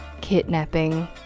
kidnapping